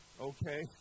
Okay